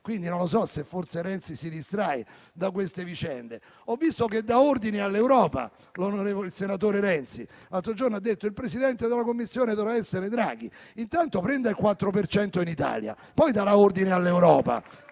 Leyen. Non so se forse Renzi si distrae da queste vicende. Ho visto che dà ordini all'Europa il senatore Renzi. L'altro giorno ha detto che il presidente della Commissione doveva essere Draghi. Intanto, prenda il 4 per cento in Italia, poi darà ordini all'Europa.